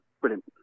Brilliant